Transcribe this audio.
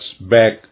back